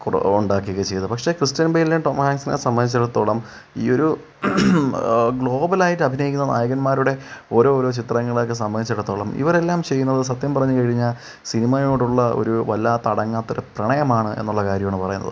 കൂടെ ഉണ്ടാകുക ഒക്കെ ചെയ്തേ പക്ഷേ ക്രിസ്ത്യൻ ബെയ്ലിനെയും ടോം ഹാങ്സിനെയും സംബന്ധിച്ചിടത്തോളം ഈ ഒരു ഗ്ലോബലായിട്ട് അഭിനയിക്കുന്ന നായകന്മാരുടെ ഓരോ ഓരോ ചിത്രങ്ങളെയൊക്കെ സംബന്ധിച്ചിടത്തോളം ഇവരെല്ലാം ചെയ്യുന്നത് സത്യം പറഞ്ഞു കഴിഞ്ഞാൽ സിനിമയോടുള്ള ഒരു വല്ലാത്ത അടങ്ങാത്തൊരു പ്രണയമാണ് എന്നുള്ള കാര്യമാണ് പറയുന്നത്